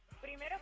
Primero